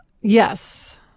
Yes